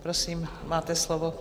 Prosím, máte slovo.